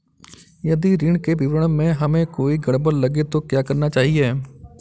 यदि ऋण के विवरण में हमें कोई गड़बड़ लगे तो क्या करना चाहिए?